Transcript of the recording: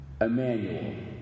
Emmanuel